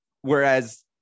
Whereas